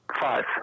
Five